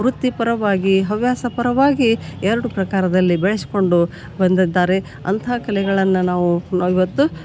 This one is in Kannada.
ವೃತ್ತಿಪರವಾಗಿ ಹವ್ಯಾಸ ಪರವಾಗಿ ಎರಡು ಪ್ರಕಾರದಲ್ಲಿ ಬೆಳೆಸ್ಕೊಂಡು ಬಂದಿದ್ದಾರೆ ಅಂತ ಕಲೆಗಳನ್ನು ನಾವು ಇವತ್ತು